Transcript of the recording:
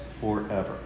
forever